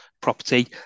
property